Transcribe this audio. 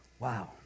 Wow